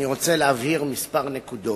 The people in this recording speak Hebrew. אני רוצה להבהיר כמה נקודות.